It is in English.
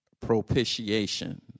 propitiation